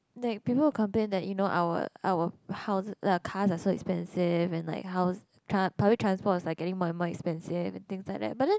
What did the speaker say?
like people will complain that you know our our house cars are so expensive and like house cars public transport are getting more and more expensive and things like that but then